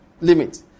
limit